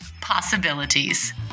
possibilities